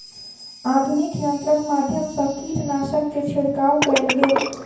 आधुनिक यंत्रक माध्यम सँ कीटनाशक के छिड़काव कएल गेल